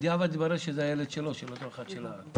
בדיעבד התברר שזה הילד שלו, של אותו אדם שהסתפר.